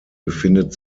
befindet